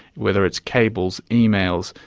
whether it's cables, emails,